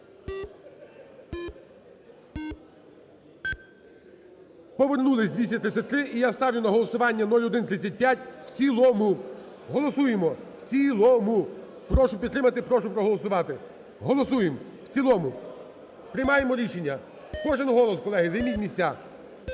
Повернулись, 233. І я ставлю на голосування 0135 в цілому. Голосуємо в цілому. Прошу підтримати. Прошу проголосувати. Голосуємо в цілому, приймаємо рішення. Кожен голос, колеги, займіть місця.